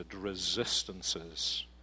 resistances